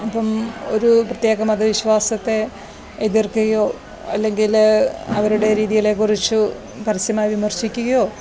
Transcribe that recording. അപ്പം ഒരു പ്രത്യേക മത വിശ്വാസത്തെ എതിർക്കയോ അല്ലെങ്കിൽ അവരുടെ രീതികളെ കുറിച്ചു പരസ്യമായി വിമർശിക്കുകയോ